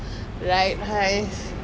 the comments are really damn funny lah